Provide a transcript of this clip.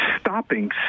stopping